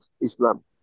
Islam